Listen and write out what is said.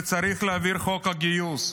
וצריך להעביר את חוק הגיוס.